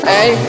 Hey